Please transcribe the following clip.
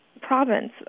province